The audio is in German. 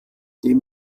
dem